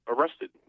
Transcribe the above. arrested